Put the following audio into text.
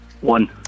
One